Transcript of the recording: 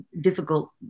difficult